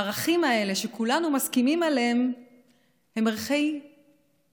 הערכים האלה שכולנו מסכימים עליהם הם ערכי